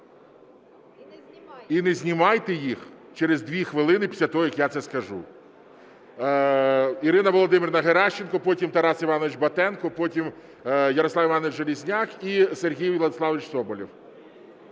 І не знімайте їх через дві хвилини після того, як я це скажу. Ірина Володимирівна Геращенко. Потім Тарас Іванович Батенко, потім Ярослав Іванович Железняк і Сергій Владиславович Соболєв.